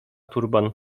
turban